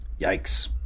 Yikes